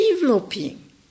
developing